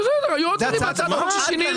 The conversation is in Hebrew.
בסדר, היו עוד דברים בהצעת החוק ששינינו.